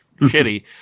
shitty